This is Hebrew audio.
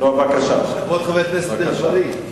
כבוד חבר הכנסת אגבאריה.